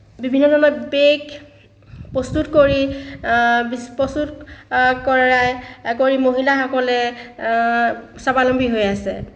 বিভিন্ন ধৰণৰ বেগ প্ৰস্তুত কৰি প্ৰস্তুত কৰাই কৰি মহিলাসকলে স্বাৱলম্বী হৈ আছে